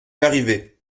arrivait